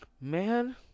Man